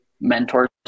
mentors